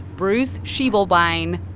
bruce sheblebine,